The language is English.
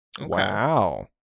wow